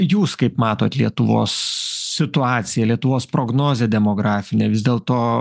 jūs kaip matot lietuvos situaciją lietuvos prognozę demografinę vis dėlto